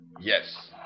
yes